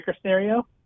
scenario